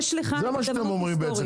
זה מה שאתם בעצם אומרים,